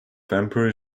emperor